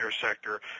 sector